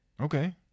Okay